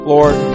Lord